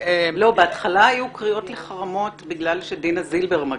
בהתחלה היו קריאות לחרמות בגלל שדינה זילבר מגיעה,